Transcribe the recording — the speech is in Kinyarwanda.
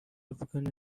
avugana